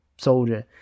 soldier